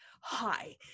Hi